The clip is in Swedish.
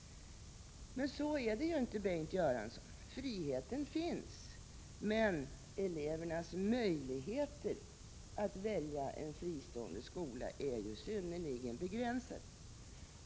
Men så är det ju inte, Bengt Göransson! Friheten finns, men elevernas möjligheter att välja en fristående skola är synnerligen begränsade.